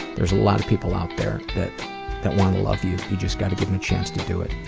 there is a lot of people out there that want to love you. you just got to give them a chance to do it.